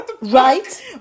Right